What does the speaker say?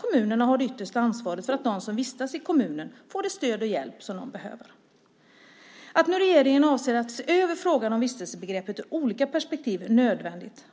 Kommunerna har alltså det yttersta ansvaret för att de som vistas i kommunen får det stöd och den hjälp som de behöver. Det är nödvändigt att regeringen nu avser att se över frågan om vistelsebegreppet i olika perspektiv.